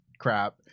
crap